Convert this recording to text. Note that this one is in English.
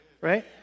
right